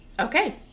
Okay